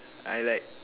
I like